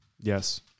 Yes